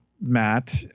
Matt